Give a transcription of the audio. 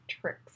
tricks